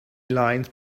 lines